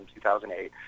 2008